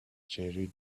jelly